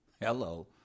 hello